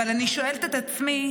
אבל אני שואלת את עצמי,